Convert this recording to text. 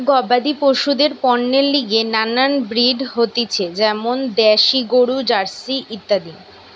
গবাদি পশুদের পণ্যের লিগে নানান ব্রিড হতিছে যেমন দ্যাশি গরু, জার্সি ইত্যাদি